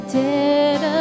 dead